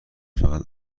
فقط